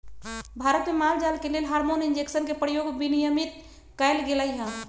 भारत में माल जाल के लेल हार्मोन इंजेक्शन के प्रयोग विनियमित कएल गेलई ह